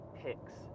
picks